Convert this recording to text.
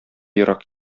ерак